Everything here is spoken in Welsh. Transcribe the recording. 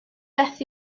beth